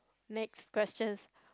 next question